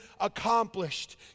accomplished